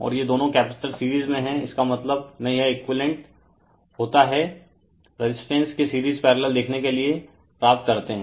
और ये दोनों कपैसिटर सीरीज में है इसका मतलब है यह एक्विवैलेन्ट होता है रेजिस्टेंस के सीरीज पैरेलल देखने के लिए प्राप्त करते हैं